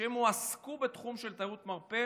שהועסקו בתחום של תיירות מרפא